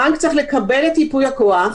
הבנק צריך לקבל את ייפוי הכוח,